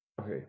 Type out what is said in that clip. okay